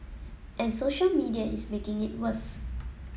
and social media is making it worse